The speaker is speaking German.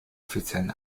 offiziellen